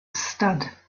stud